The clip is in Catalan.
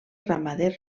ramader